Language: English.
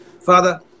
Father